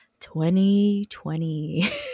2020